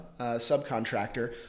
subcontractor